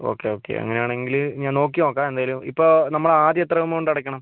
okay okay അങ്ങനെ ആണെങ്കിൽ ഞാൻ നോക്കി നോക്കാം എന്തായാലും ഇപ്പോൾ നമ്മൾ ആദ്യം എത്ര എമൗണ്ട് അടയ്ക്കണം